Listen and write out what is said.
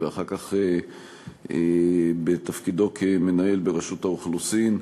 ואחר כך בתפקידו כמנהל ברשות האוכלוסין.